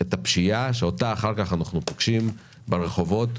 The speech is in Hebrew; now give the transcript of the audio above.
את הפשיעה שאנחנו פוגשים אחר כך ברחובות.